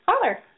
caller